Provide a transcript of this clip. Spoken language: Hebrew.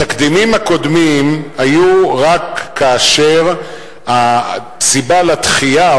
התקדימים הקודמים היו רק כאשר הסיבה לדחייה,